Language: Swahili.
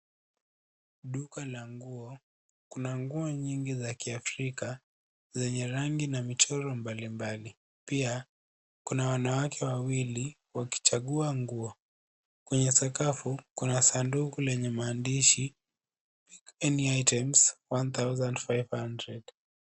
Duka la nguo, kuna nguo nyingi za kiafrika; zenye rangi na michoro mbalimbali. Pia kuna wanawake wawili wakichagua nguo. Kwenye sakafu kuna sanduku lenye maandishi Any Items;1,500 .